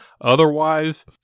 Otherwise